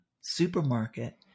supermarket